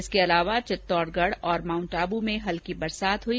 इसके अलावा चित्तौडगढ और माउंटआबू में भी हल्की बरसात हई